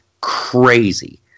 crazy